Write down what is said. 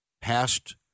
Passed